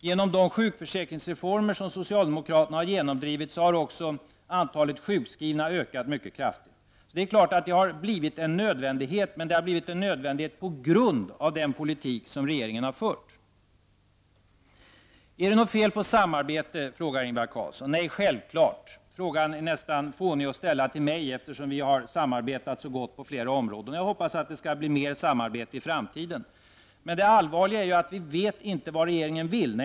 Genom de sjukförsäkringsreformer som socialdemokraterna har genomdrivit har också antalet sjukskrivna ökat mycket kraftigt. Det är klart att det har blivit en nödvändighet att sänka ohälsotalet. Men detta har blivit nödvändigt på grund av den politik som regeringen har fört. Är det något fel med samarbete? frågar Ingvar Carlsson. Nej, självfallet inte. Det är nästan fånigt att ställa frågan till mig, eftersom vi har haft ett så gott samarbete på flera områden. Jag hoppas att det blir mer samarbete i framtiden. Men det allvarliga är att vi inte vet vad regeringen vill.